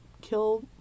kill